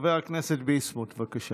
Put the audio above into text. חבר הכנסת ביסמוט, בבקשה.